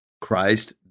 Christ